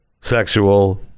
sexual